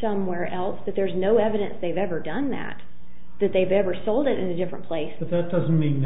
somewhere else but there's no evidence they've ever done that that they've ever sold it in a different place that doesn't mean